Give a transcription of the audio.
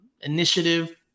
initiative